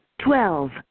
Twelve